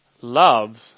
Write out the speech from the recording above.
Loves